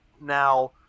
Now